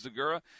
Zagura